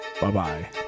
Bye-bye